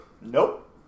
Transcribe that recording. Nope